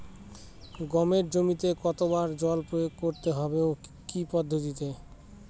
গমের জমিতে কতো বার জল প্রয়োগ করতে হবে ও কি পদ্ধতিতে?